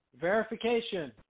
verification